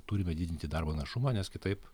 turime didinti darbo našumą nes kitaip